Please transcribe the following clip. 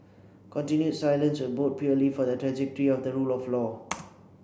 continued silence would bode poorly for the trajectory of the rule of law